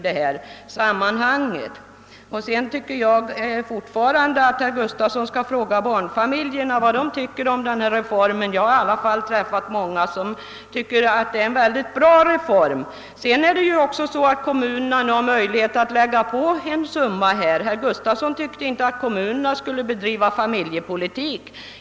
Jag tycker sedan att herr Gustavsson skall fråga barnfamiljerna vad de tycker om reformen. Jag har i alla fall träffat många som tycker att det är en väldigt bra reform. Kommunerna har också möjlighet att öka på de statliga bidragen med kommunala bostadstillägg. Herr Gustavsson tycker inte att kommunerna skall bedriva familjepolitik.